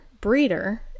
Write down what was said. breeder